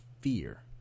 fear